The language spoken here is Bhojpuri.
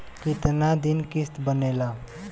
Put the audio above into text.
कितना दिन किस्त बनेला?